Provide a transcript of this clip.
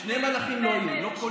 בשני מהלכים לא יהיה.